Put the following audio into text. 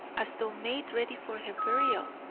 as though made ready for her burial.